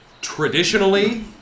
traditionally